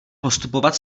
postupovat